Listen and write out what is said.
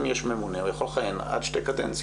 אם יש ממונה הוא יכול לכהן עד שתי קדנציות.